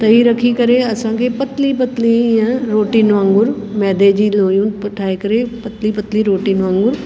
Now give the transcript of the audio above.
तई रखी करे असां खे पतली पतली इह रोटिनि वांगुरु मैदे जी लोयूं ठाहे करे पतली पतली रोटिनि वांगुरु